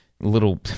little